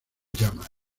llamas